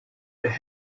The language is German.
der